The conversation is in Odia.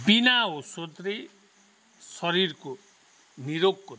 ବିନା ଔଷଧରେ ଶରୀରକୁ ନିରୋଗ କର